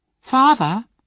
Father